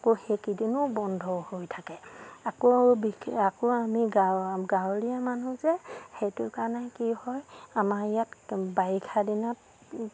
আকৌ সেইকেইদিনো বন্ধ হৈ থাকে আকৌ বিশেষ আকৌ আমি গাঁৱলীয়া মানুহ যে সেইটো কাৰণে কি হয় আমাৰ ইয়াত বাৰিষা দিনত